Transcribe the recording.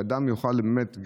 שאדם יוכל באמת,